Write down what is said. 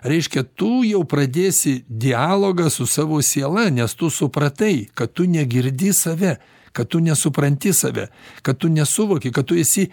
reiškia tu jau pradėsi dialogą su savo siela nes tu supratai kad tu negirdi save kad tu nesupranti save kad tu nesuvoki kad tu esi